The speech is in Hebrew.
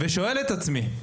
ושואל את עצמי,